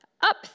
up